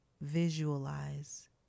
visualize